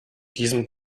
diesem